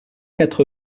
quatre